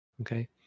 okay